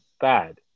Bad